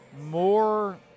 more